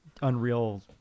Unreal